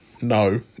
No